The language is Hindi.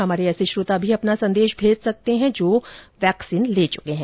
हमारे ऐसे श्रोता भी अपना संदेश भेज सकते हैं जो कोरोना वैक्सीन ले चूके हैं